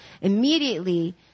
immediately